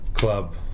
Club